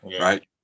right